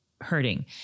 hurting